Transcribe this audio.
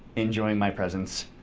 enjoying my presence.